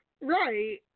Right